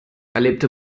erlebte